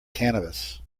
cannabis